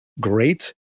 great